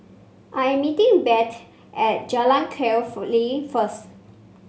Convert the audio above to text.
I am meeting Bette at Jalan Kwee Lye first